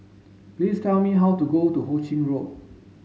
please tell me how to go to Ho Ching Road